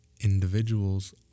individuals